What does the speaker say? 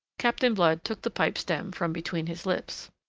captain blood took the pipe-stem from between his lips.